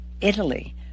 Italy